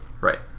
Right